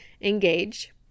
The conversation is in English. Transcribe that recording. engage